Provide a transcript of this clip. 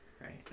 right